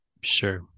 sure